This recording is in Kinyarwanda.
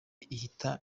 ihita